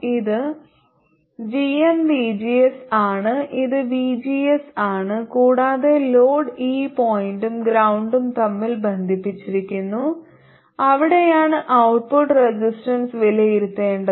ഇത് gmvgs ആണ് ഇത് vgs ആണ് കൂടാതെ ലോഡ് ഈ പോയിന്റും ഗ്രൌണ്ടും തമ്മിൽ ബന്ധിപ്പിച്ചിരിക്കുന്നു അവിടെയാണ് ഔട്ട്പുട്ട് റെസിസ്റ്റൻസ് വിലയിരുത്തേണ്ടത്